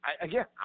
Again